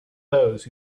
those